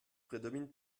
prédomine